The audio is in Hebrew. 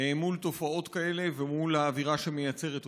מול תופעות כאלה ומול האווירה שמייצרת אותן.